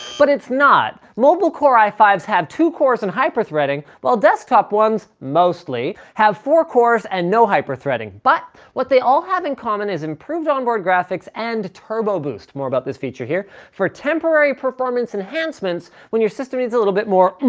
but it's not. mobile core i five s have two cores and hyper-threading while desktop ones, mostly, have four cores and no hyper-threading. but what they all have in common is improved onboard graphics and turbo boost, more about this feature here, for temporary performance enhancements when your system needs a little bit more